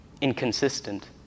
inconsistent